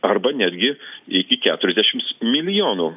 arba netgi iki keturiasdešims milijonų